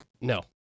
No